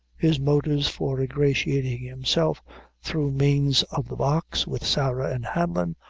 his motives for ingratiating himself through means of the box, with sarah and hanlon,